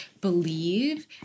believe